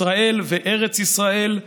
ישראל וארץ ישראל,